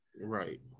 right